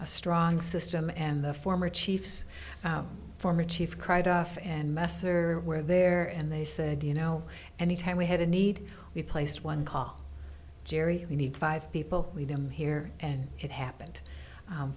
a strong system and the former chiefs former chief cried off and messer were there and they said you know anytime we had a need we placed one call jerry we need five people we don't hear and it happened